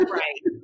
right